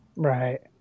Right